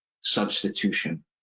substitution